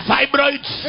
Fibroids